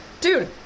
Dude